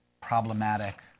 problematic